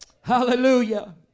Hallelujah